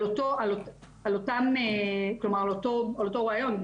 על אותו רעיון,